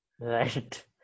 Right